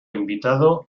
invitado